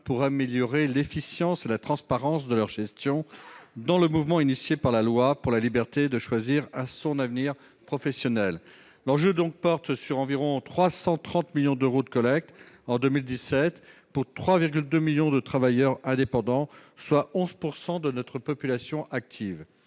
pour améliorer l'efficience et la transparence de leur gestion dans le mouvement engagé par la loi pour la liberté de choisir son avenir professionnel. L'enjeu porte sur environ 330 millions d'euros de collecte en 2017 pour 3,2 millions de travailleurs indépendants, soit 11 % de la population active.